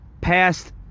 passed